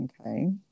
Okay